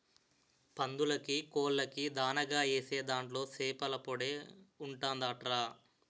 పందులకీ, కోళ్ళకీ దానాగా ఏసే దాంట్లో సేపల పొడే ఉంటదంట్రా